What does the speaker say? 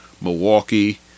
Milwaukee